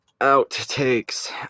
Outtakes